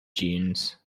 dunes